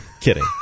kidding